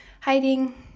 hiding